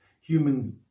humans